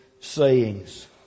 sayings